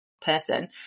person